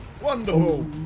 Wonderful